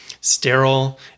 sterile